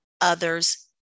others